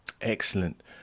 Excellent